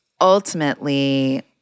ultimately